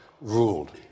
ruled